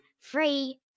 free